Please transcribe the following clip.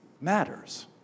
matters